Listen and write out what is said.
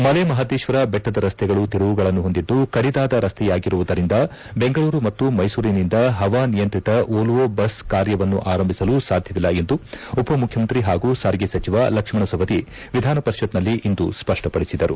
ಮಲೈ ಮಹದೇಶ್ವರ ಬೆಟ್ಟದ ರಸ್ತೆಗಳು ತಿರುವುಗಳನ್ನು ಹೊಂದಿದ್ದು ಕಡಿದಾದ ರಸ್ತೆಯಾಗಿರುವುದರಿಂದ ಬೆಂಗಳೂರು ಮತ್ತು ಮೈಸೂರಿನಿಂದ ಹವಾ ನಿಯಂತ್ರಿತ ವೋಲ್ಲೋ ಬಸ್ಗಳ ಕಾರ್ಯವನ್ನು ಆರಂಭಿಸಲು ಸಾಧ್ಯವಿಲ್ಲ ಎಂದು ಉಪಮುಖ್ಯಮಂತ್ರಿ ಹಾಗೂ ಸಾರಿಗೆ ಸಚಿವ ಲಕ್ಷ್ಮಣ ಸವದಿ ವಿಧಾನ ಪರಿಷತ್ನಲ್ಲಿಂದು ಸ್ಪಷ್ಟಪಡಿಸಿದರು